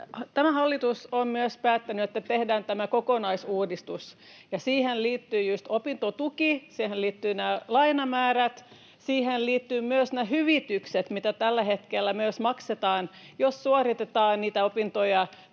Tämä hallitus on myös päättänyt, että tehdään tämä kokonaisuudistus, ja siihen liittyy just opintotuki, siihen liittyvät nämä lainamäärät, siihen liittyvät myös ne hyvitykset, mitä tällä hetkellä myös maksetaan, jos suoritetaan niitä opintoja